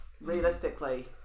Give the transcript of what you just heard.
realistically